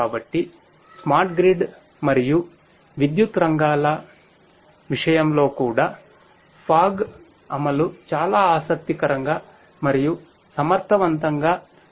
కాబట్టి smart grid అమలు చాలా ఆసక్తికరంగా మరియు సమర్థవంతంగా ఉంటుంది